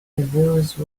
those